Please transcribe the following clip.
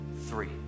three